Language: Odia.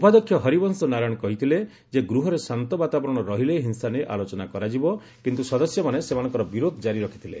ଉପାଧ୍ୟକ୍ଷ ହରିବଂଶ ନାରାୟଣ କହିଥିଲେ ଯେ ଗୃହରେ ଶାନ୍ତ ବାତାବରଣ ରହିଲେ ହିଂସା ନେଇ ଆଲୋଚନା କରାଯିବ କିନ୍ତୁ ସଦସ୍ୟମାନେ ସେମାନଙ୍କର ବିରୋଧ କ୍କାରି ରଖିଥିଲେ